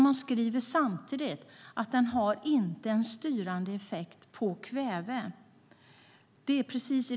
Man skriver samtidigt att den inte har en styrande effekt på kväve.